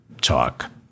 talk